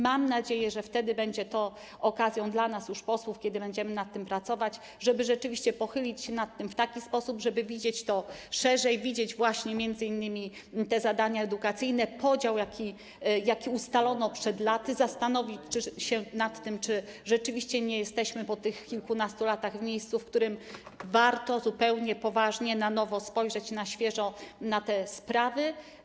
Mam nadzieję, że wtedy będzie to okazja dla nas, posłów, kiedy będziemy nad tym pracować, żeby rzeczywiście pochylić się nad tym w taki sposób, żeby widzieć to szerzej, widzieć m.in. zadania edukacyjne, podział, jaki ustalono przed laty, zastanowić się nad tym, czy rzeczywiście nie jesteśmy po tych kilkunastu latach w miejscu, w którym warto zupełnie poważnie, na nowo, świeżo spojrzeć na te sprawy.